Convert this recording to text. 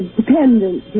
dependent